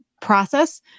process